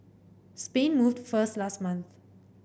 Spain moved first last month